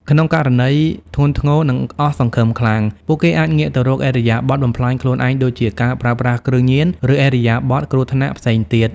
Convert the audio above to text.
ក្នុងករណីធ្ងន់ធ្ងរ និងអស់សង្ឃឹមខ្លាំង ពួកគេអាចងាកទៅរកឥរិយាបថបំផ្លាញខ្លួនឯងដូចជា ការប្រើប្រាស់គ្រឿងញៀន ឬឥរិយាបថគ្រោះថ្នាក់ផ្សេងទៀត។